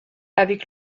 avec